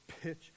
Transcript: pitch